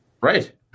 Right